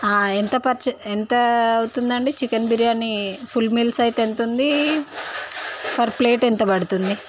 ఎంత ఖర్చ్ ఎంత అవుతుందండి చికెన్ బిర్యాని ఫుల్ మీల్స్ అయితే ఎంతుంది పర్ ప్లేట్ ఎంతపడుతుంది